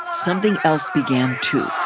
something else began, too